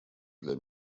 для